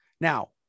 Now